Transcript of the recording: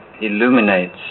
illuminates